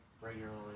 regularly